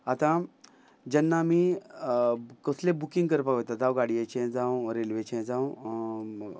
आतां जेन्ना आमी कसले बुकींग करपाक वयता गाडयेचें जावं रेल्वेचें जावं